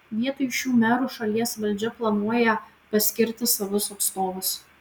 vietoj šių merų šalies valdžia planuoja paskirti savus atstovus